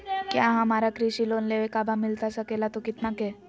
क्या हमारा कृषि लोन लेवे का बा मिलता सके ला तो कितना के?